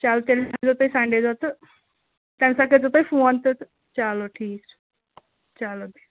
چلو تیٚلہِ یی زیٚو تُہۍ سَنٛڈے دۄہ تہٕ تَمہِ ساتہٕ کٔرۍزیٚو تُہۍ فون تہِ تہٕ چلو ٹھیٖک چھُ چلو